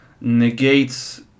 negates